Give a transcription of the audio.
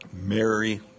Mary